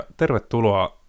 tervetuloa